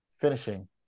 finishing